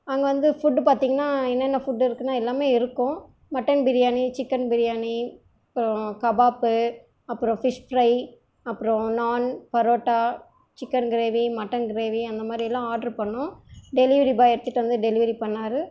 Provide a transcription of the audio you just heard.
அங்கே வந்து ஃபுட்டு பார்த்திங்ன்னா என்னென்ன ஃபுட்டு இருக்குன்னா எல்லாமே இருக்கும் மட்டன் பிரியாணி சிக்கன் பிரியாணி அப்புறோம் கபாப்பு அப்புறோம் ஃபிஷ் ஃப்ரை அப்புறோம் naan parotta chicken gravy mutton gravy அந்த மாதிரியெல்லாம் ஆட்ரு பண்ணோம் டெலிவரி பாய் எடுத்துட்டு வந்து டெலிவரி பண்ணார்